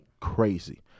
Crazy